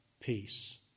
peace